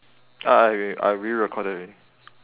okay I rerecorded already